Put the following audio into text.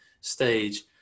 stage